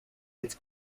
its